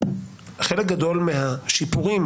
חלק מהדברים מהשיפורים,